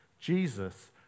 Jesus